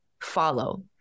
follow